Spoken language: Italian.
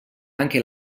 anche